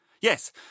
Yes